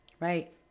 Right